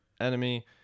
enemy